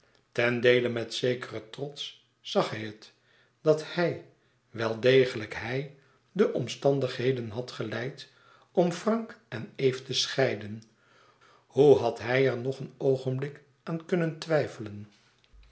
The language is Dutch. ten deele met zekeren trots zag hij het dat hij wel degelijk hij de omstandigheden had geleid om frank en eve te scheiden hoe had hij er nog een oogenblik aan kunnen twijfelen